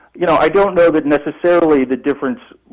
you know, i don't know that necessarily the difference,